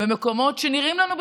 במקומות שנראים לנו בסדר,